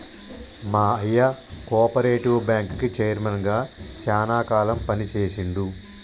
మా అయ్య కోపరేటివ్ బ్యాంకుకి చైర్మన్ గా శానా కాలం పని చేశిండు